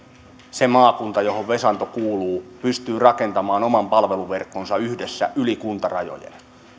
se maakunta johon vesanto kuuluu pystyy rakentamaan oman palveluverkkonsa yhdessä yli kuntarajojen